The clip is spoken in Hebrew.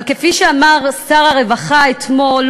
אבל כפי שאמר שר הרווחה אתמול,